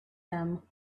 them